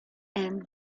and